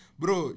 bro